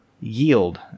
yield